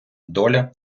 доля